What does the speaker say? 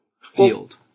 field